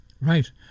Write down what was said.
Right